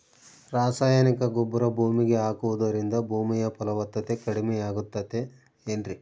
ರಾಸಾಯನಿಕ ಗೊಬ್ಬರ ಭೂಮಿಗೆ ಹಾಕುವುದರಿಂದ ಭೂಮಿಯ ಫಲವತ್ತತೆ ಕಡಿಮೆಯಾಗುತ್ತದೆ ಏನ್ರಿ?